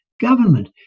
government